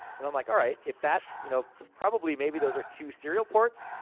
and i'm like, alright, if that's. you know probably, maybe those are two serial ports.